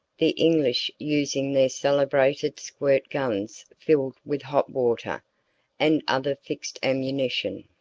the english using their celebrated squirt-guns filled with hot water and other fixed ammunition.